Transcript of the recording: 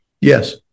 Yes